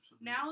now